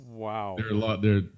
Wow